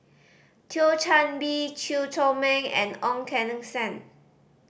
Thio Chan Bee Chew Chor Meng and Ong Keng Sen